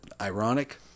ironic